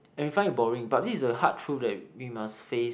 and we find it boring but this is the hard truth that we must face